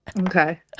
okay